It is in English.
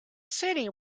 city